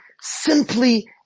simply